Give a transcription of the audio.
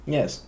Yes